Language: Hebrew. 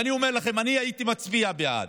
ואני אומר לכם, אני הייתי מצביע בעד,